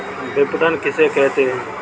विपणन किसे कहते हैं?